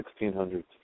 1600s